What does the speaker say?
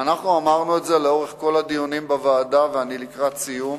אנחנו אמרנו את זה לאורך כל הדיונים בוועדה ואני לקראת סיום,